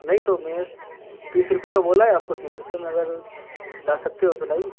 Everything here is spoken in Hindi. नहीं तो मैं तीस रुपये का बोला है आपको तीस रुपये में अगर ला सकते हो तो लाइए